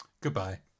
Goodbye